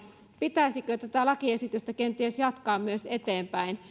pitäisikö tätä lakiesitystä kenties jatkaa myös eteenpäin